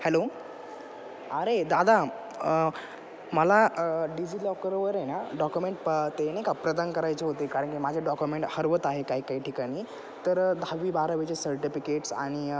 hello अरे दादा मला डिजिलॉकरवर आहे ना डॉक्युमेंट पण ते नाही का प्रदान करायचे होते कारण की माझे डॉक्युमेंट हरवत आहे काही काही ठिकाणी तर दहावी बारावीचे सर्टिपिकेट्स आणि